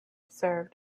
served